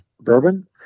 Bourbon